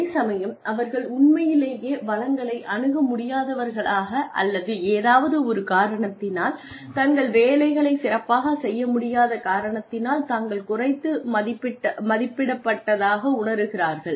அதேசமயம் அவர்கள் உண்மையிலேயே வளங்களை அணுகமுடியாதவர்களாக அல்லது ஏதாவது ஒரு காரணத்தினால் தங்கள் வேலைகளைச் சிறப்பாகச் செய்ய முடியாத காரணத்தினால் தாங்கள் குறைத்து மதிப்பிடப்பட்டாக உணருகிறார்கள்